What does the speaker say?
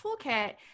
toolkit